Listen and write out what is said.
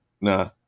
nah